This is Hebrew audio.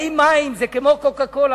האם מים זה כמו "קוקה-קולה",